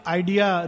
idea